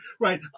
Right